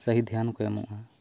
ᱥᱟᱹᱦᱤ ᱫᱷᱮᱭᱟᱱ ᱠᱚ ᱮᱢᱚᱜᱼᱟ